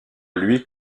lui